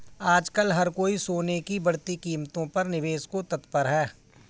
आजकल हर कोई सोने की बढ़ती कीमतों पर निवेश को तत्पर है